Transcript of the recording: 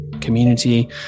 community